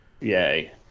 Yay